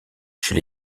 chez